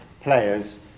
players